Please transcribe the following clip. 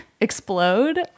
explode